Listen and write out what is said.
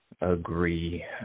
agree